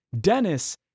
Dennis